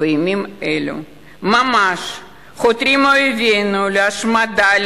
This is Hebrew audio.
בימים אלו ממש חותרים אויבינו להשמדה,